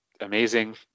amazing